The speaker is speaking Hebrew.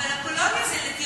יפה מאוד, אבל למה כזה גדול?